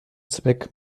zweck